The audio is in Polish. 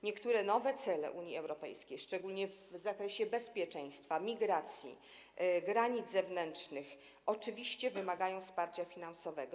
Niektóre nowe cele Unii Europejskiej, szczególnie w zakresie bezpieczeństwa, migracji, granic zewnętrznych, oczywiście wymagają wsparcia finansowego.